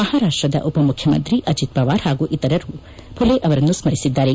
ಮಹಾರಾಷ್ನದ ಉಪಮುಖ್ಯಮಂತ್ರಿ ಅಜತ್ ಪವಾರ್ ಪಾಗೂ ಇತರರು ಫುಲೆ ಅವರನ್ನು ಸ್ನರಿಸಿದ್ದಾರೆ